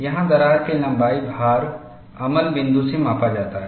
यहां दरार की लंबाई भार अमल बिंदु से मापा जाता है